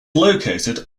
located